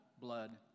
blood